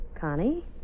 Connie